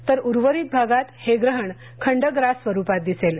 तर उर्वरीत भागात हे ग्रहण खंडग्रास स्वरूपात दिसेल